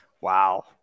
wow